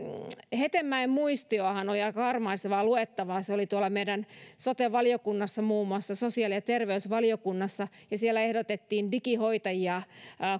hetemäen muistiohan oli aika karmaisevaa luettavaa se oli muun muassa tuolla meidän sote valiokunnassa sosiaali ja terveysvaliokunnassa ja siellä ehdotettiin digihoitajia